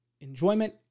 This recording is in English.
Enjoyment